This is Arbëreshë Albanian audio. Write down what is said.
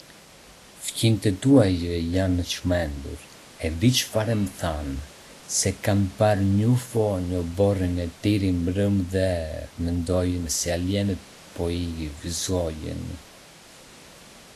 Fqinjtë tuaj janë të çmendur! E di çfarë më thanë? Se kanë parë një UFO në oborrin e tyre mbrëmë dhe mendojnë se alienët po i vëzhgojnë.